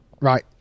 right